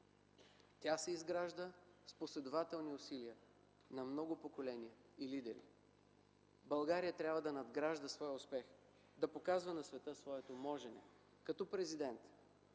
Тя се изгражда с последователни усилия на много поколения и лидери. България трябва да надгражда своя успех, да показва на света своето можене. Като президент